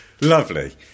Lovely